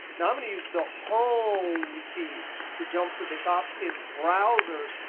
now i'm going to use the home key to jump to the top. in browsers,